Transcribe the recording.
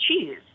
Cheese